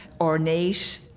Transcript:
ornate